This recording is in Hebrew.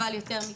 אבל יותר מכך,